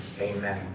amen